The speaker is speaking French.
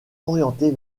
orientée